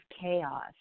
chaos